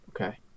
Okay